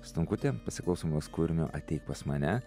stankutė pasiklausom mes kūrinio ateik pas mane